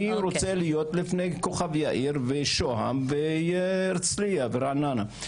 רוצה להיות לפני כוכב יאיר ושוהם והרצליה ורעננה.